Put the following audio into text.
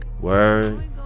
Word